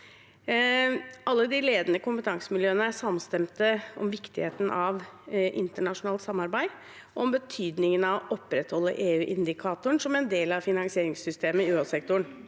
Alle de ledende kompetansemiljøene er samstemte om viktigheten av internasjonalt samarbeid og om betydningen av å opprettholde EU-indikatoren som en del av finansieringssystemet i UH-sektoren.